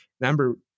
remember